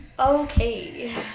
okay